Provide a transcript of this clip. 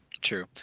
true